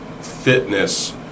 fitness